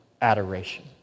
adoration